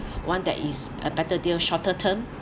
one that is a better deal shorter term